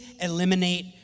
eliminate